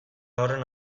horren